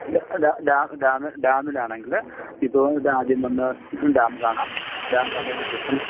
dam dam ഡാമിലാണെങ്കിൽ ഇപ്പോൾ ഇവിടെ ആദ്യം വന്ന് ഡാം കാണാം ഡാം കണ്ടതിന് ശേഷം